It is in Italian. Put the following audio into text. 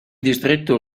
distretto